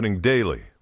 daily